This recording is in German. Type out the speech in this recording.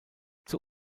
zur